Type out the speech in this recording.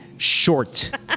Short